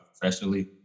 professionally